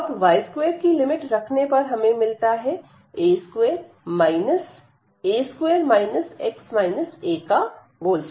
तो अब y2 की लिमिट रखने पर हमें मिलता है a2 a2 2